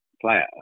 player